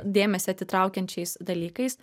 dėmesį atitraukiančiais dalykais